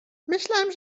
myślałem